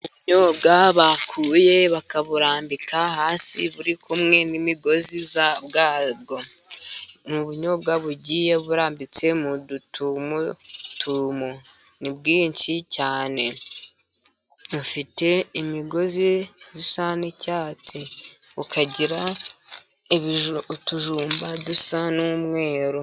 Ubunyobwa bakuye bakaburambika hasi buri kumwe n'imigozi bwado mu bunyobwa bugiye burambitse mu dutumutuntu ni bwinshi cyanefite imigozi zisa n'icyatsi ukagira utujumba dusa n'umweru.